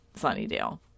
Sunnydale